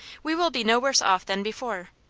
we will be no worse off than before.